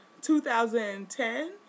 2010